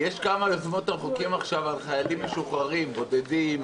יש עכשיו כמה יוזמות על חיילים משוחררים בודדים,